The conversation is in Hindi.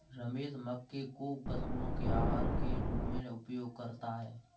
रमेश मक्के को पशुओं के आहार के रूप में उपयोग करता है